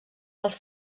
dels